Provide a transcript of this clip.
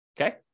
okay